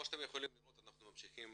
כמו שאתם יכולים לראות, אנחנו ממשיכים